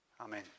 Amen